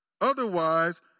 Otherwise